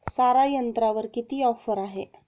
सारा यंत्रावर किती ऑफर आहे?